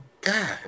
God